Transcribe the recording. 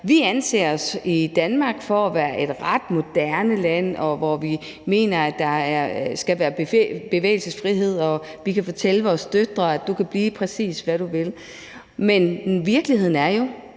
Vi anser os i Danmark for at være et ret moderne land, hvor vi mener, at der skal være bevægelsesfrihed, og vi kan fortælle vores døtre, at de kan blive, præcis hvad de vil. Men virkeligheden er jo,